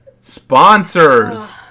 Sponsors